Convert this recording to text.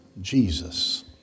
Jesus